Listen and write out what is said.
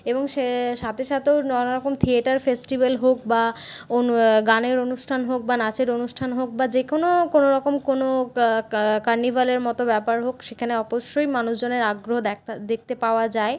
এবং সে সাথে সাথেও নানারকম থিয়েটার ফেস্টিভাল হোক বা গানের অনুষ্ঠান হোক বা নাচের অনুষ্ঠান হোক বা যেকোনো কোনোরকম কোন কার্নিভালের মতো ব্যাপার হোক সেখানে অবশ্যই মানুষজনের আগ্রহ দেখা দেখতে পাওয়া যায়